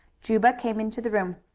juba came into the room.